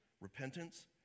repentance